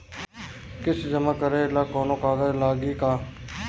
किस्त जमा करे ला कौनो कागज लागी का?